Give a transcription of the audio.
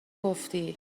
گفتی